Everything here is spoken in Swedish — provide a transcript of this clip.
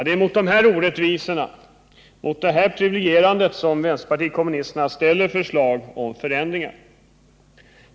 Det är mot dessa orättvisor, mot det här privilegierandet som vänsterpartiet kommunisterna ställer förslag om förändringar.